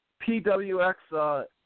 PWX